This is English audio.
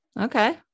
okay